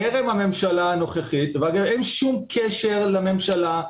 טרם הממשלה הנוכחית ואין שום קשר לממשלה,